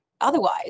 otherwise